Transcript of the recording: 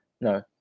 No